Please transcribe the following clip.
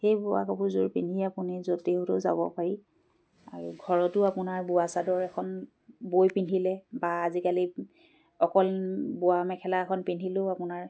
সেই বোৱা কাপোৰযোৰ পিন্ধি আপুনি য'তে ত'তেও যাব পাৰি আৰু ঘৰতো আপোনাৰ বোৱা চাদৰ এখন বৈ পিন্ধিলে বা আজিকালি অকল বোৱা মেখেলা এখন পিন্ধিলেও আপোনাৰ